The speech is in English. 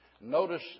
Notice